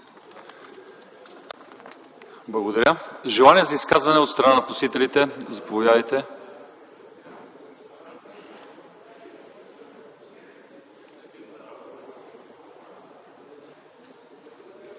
Благодаря. Има ли желания за изказвания от страна на вносителите. Заповядайте.